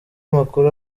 makuru